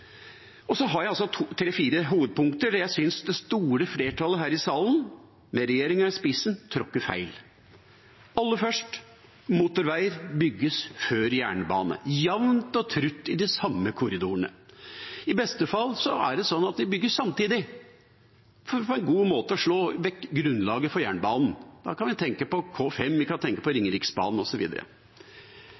og dyrket mark. Så har jeg tre–fire hovedpunkter der jeg synes det store flertallet her i salen, med regjeringa i spissen, tråkker feil. Aller først: Motorveier bygges før jernbane – jevnt og trutt i de samme korridorene. I beste fall er det sånn at de bygges samtidig for på en god måte å slå vekk grunnlaget for jernbanen. Da kan vi tenke på K5, vi kan tenke på Ringeriksbanen